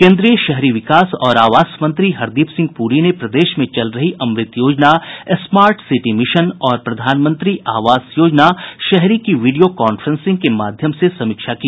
केन्द्रीय शहरी विकास और आवास मंत्री हरदीप सिंह पूरी ने प्रदेश में चल रही अमृत योजना स्मार्ट सिटी मिशन और प्रधानमंत्री आवास योजना शहरी की वीडियो कांफ्रेंसिंग के माध्यम से समीक्षा की